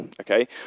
okay